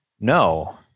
No